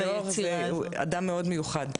הרב מלכיאור הוא אדם מאוד מיוחד.